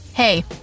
Hey